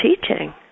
teaching